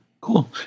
Cool